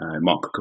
Mark